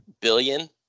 billion